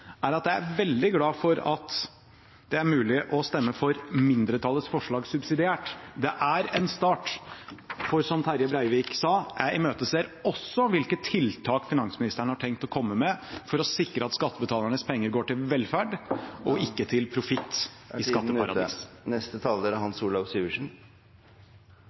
at jeg er veldig glad for at det er mulig å stemme for mindretallets forslag subsidiært. Det er en start. For som Terje Breivik imøteser jeg også hvilke tiltak finansministeren har tenkt å komme med for å sikre at skattebetalernes penger går til velferd og ikke til profitt i skatteparadis. Vi er